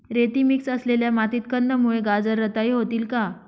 रेती मिक्स असलेल्या मातीत कंदमुळे, गाजर रताळी होतील का?